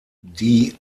die